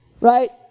right